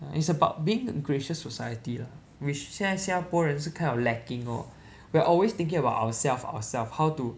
ah it's about being a gracious society lah which 现在新加坡人是 kind of lacking lor we're always thinking about ourselves ourselves how to